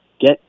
get